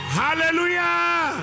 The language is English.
hallelujah